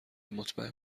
مطمئن